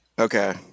Okay